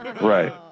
Right